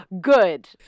Good